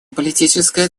политическая